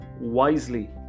wisely